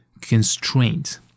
constraint